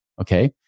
Okay